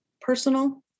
personal